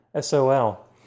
SOL